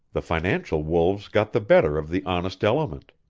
the financial wolves got the better of the honest element.